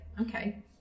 Okay